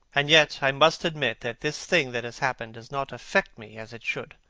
and yet i must admit that this thing that has happened does not affect me as it should.